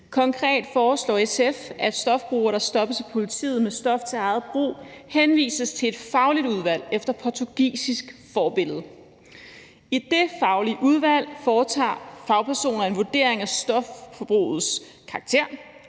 Konkret foreslår SF, at stofbrugere, der stoppes af politiet med stof til eget brug, henvises til et fagligt udvalg efter portugisisk forbillede. I det faglige udvalg foretager fagpersoner en vurdering af stofbrugets karakter